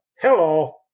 hello